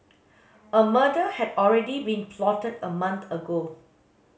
a murder had already been plotted a month ago